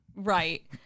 Right